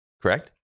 correct